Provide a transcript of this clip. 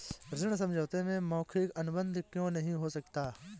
ऋण समझौते में मौखिक अनुबंध क्यों नहीं हो सकता?